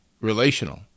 relational